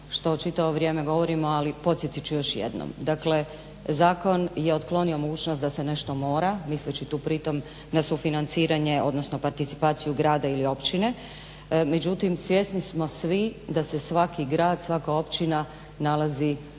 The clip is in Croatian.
ovo vrijeme govorimo ali podsjetit ću još jednom. Dakle, zakon je otklonio mogućnost da se nešto mora misleći tu pritom na sufinanciranje odnosno participacija grada ili općine, međutim svjesni smo svi da se svaki grad, svaka općina nalazi u tzv.